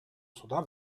суда